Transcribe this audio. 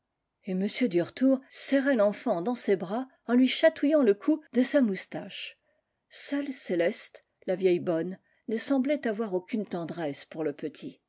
et m duretour serrait l'enfant dans ses bras en lui chatouillant le cou de sa moustache seule céleste la vieille bonne ne semblait avoir aucune tendresse pour le petit